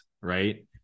right